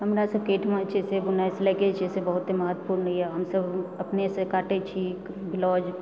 हमरा सबकेँ एहिठमा जे छै से बुनाइ सिलाइके जे छै से बहुते महत्वपुर्ण यऽ हमसब अपनेसँ काटै छी ब्लाउज